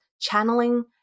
channeling